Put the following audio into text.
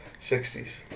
60s